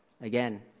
Again